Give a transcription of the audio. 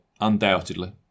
undoubtedly